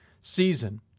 season